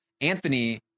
Anthony